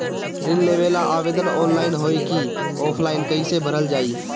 ऋण लेवेला आवेदन ऑनलाइन होई की ऑफलाइन कइसे भरल जाई?